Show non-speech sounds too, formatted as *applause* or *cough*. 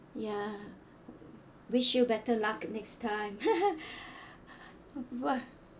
ya wish you better luck next time *laughs* *breath* !wah!